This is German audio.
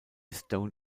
stone